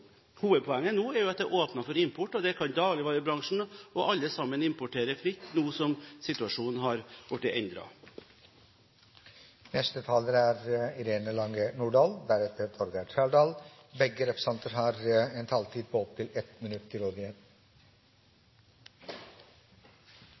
hovedpoenget nå er jo at det er åpnet for import, og da kan dagligvarebransjen og alle sammen importere fritt nå som situasjonen har blitt endret. Inger Lange Nordahl har hatt ordet to ganger og får ordet til en kort merknad, begrenset til 1 minutt. Representanten Lødemels innlegg gir grunn til